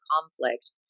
conflict